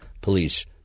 police